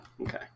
okay